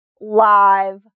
live